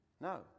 No